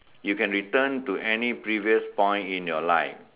you can return to any previous point in your life